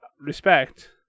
respect